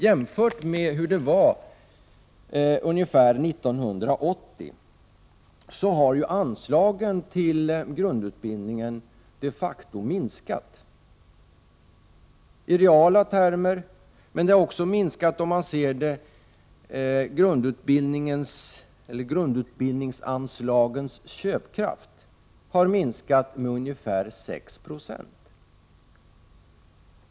Jämfört med hur det var omkring år 1980 har anslagen till grundutbildningen de facto minskat i reala termer. Men även grundutbildningsanslagens köpkraft har minskat med ungefär 6 20.